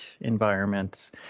environments